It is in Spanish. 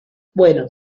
bueno